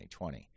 2020